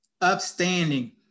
upstanding